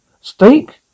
Steak